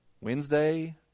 Wednesday